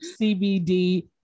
CBD